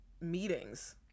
meetings